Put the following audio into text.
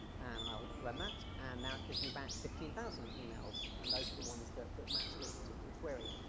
and i'll run that, and now it gives me back fifteen thousand emails. and those are the ones that that match this particular query.